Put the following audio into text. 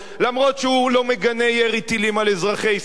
אפילו שהוא לא מגנה ירי טילים על אזרחי ישראל,